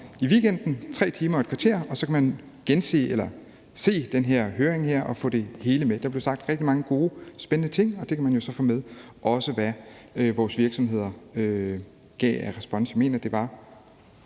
et par timer – 3 timer og et kvarter – i weekenden, så kan man gense eller se den her høring og få det hele med. Der blev sagt rigtig mange gode og spændende ting, og det kan man jo så få med, også hvad vores virksomheder gav af respons. Jeg mener, at det var